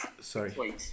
Sorry